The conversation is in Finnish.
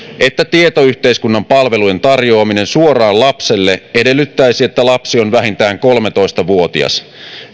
että tietoyhteiskunnan palvelujen tarjoaminen suoraan lapselle edellyttäisi että lapsi on vähintään kolmetoista vuotias